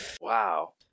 Wow